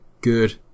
good